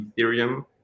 Ethereum